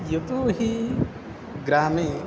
यतोहि ग्रामे